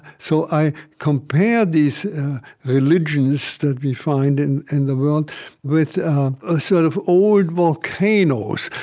so i compare these religions that we find in and the world with ah sort of old volcanoes.